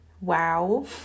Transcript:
wow